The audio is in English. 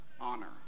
honor